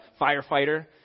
firefighter